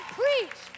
preach